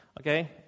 okay